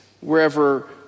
wherever